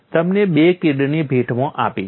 તમને બે કિડની ભેટમાં આપવામાં આવી છે